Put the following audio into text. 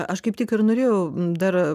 aš kaip tik ir norėjau dar